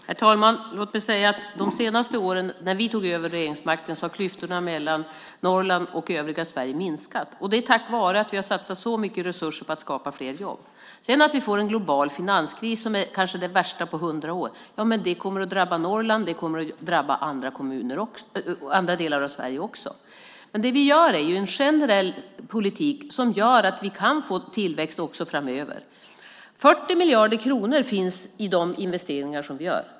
Herr talman! Under de senaste åren sedan vi tog över regeringsmakten har klyftorna mellan Norrland och övriga Sverige minskat. Det är tack vare att vi har satsat så mycket resurser för att skapa fler jobb. Sedan har vi fått den kanske värsta globala finanskrisen på 100 år. Den kommer att drabba Norrland och även andra delar av Sverige. Vi för en generell politik som gör att vi kan få tillväxt också framöver. 40 miljarder kronor finns för de investeringar som vi gör.